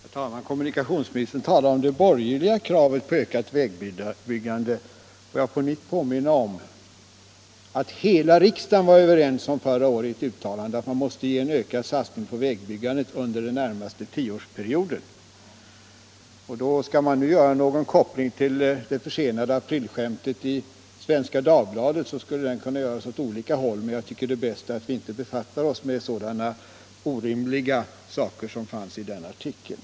Herr talman! Kommunikationsministern talar om ”det borgerliga kravet på ökat vägbyggande”. Får jag på nytt påminna om att hela riksdagen förra året i ett uttalande var enig om att man måste göra en ökad satsning på vägbyggandet under den närmaste tioårsperioden. Skall man nu göra någon koppling till det försenade aprilskämtet i Svenska Dagbladet, så kan den göras åt olika håll, men jag tycker det är bäst att vi inte befattar oss med sådana orimliga saker som fanns i den artikeln.